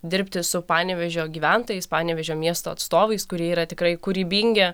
dirbti su panevėžio gyventojais panevėžio miesto atstovais kurie yra tikrai kūrybingi